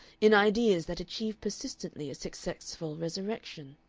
in ideas that achieve persistently a successful resurrection.